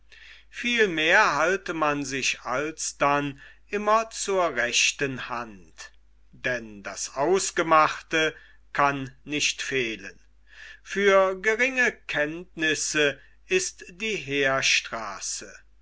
vielmehr halte man sich alsdann immer zur rechten hand denn das ausgemachte kann nicht fehlen für geringe kenntnisse ist die heerstraße